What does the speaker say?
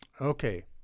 Okay